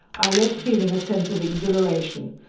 i left feeling a sense of exhilaration,